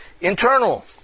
internal